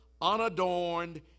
unadorned